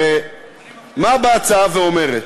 הרי מה ההצעה אומרת?